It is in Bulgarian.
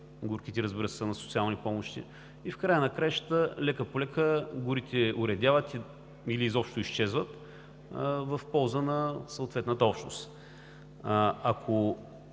горките, разбира се, са на социални помощи. В края на краищата, лека-полека горите оредяват или изобщо изчезват в полза на съответната общност. Ако